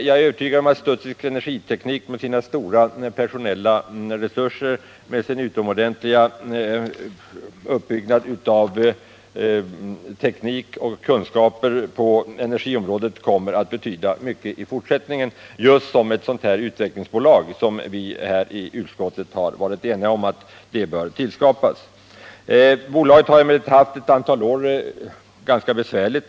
Jag är övertygad om att Studsvik Energiteknik med sina stora personella resurser och med sin utomordentliga kapacitet av teknik och kunskaper på energiområdet kommer att betyda mycket i fortsättningen just som ett sådant utvecklingsbolag som viiutskottet har varit eniga om bör tillskapas. Bolaget har emellertid under ett antal år haft det ganska besvärligt.